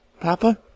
papa